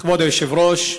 כבוד היושב-ראש,